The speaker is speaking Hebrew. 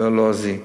הלועזית.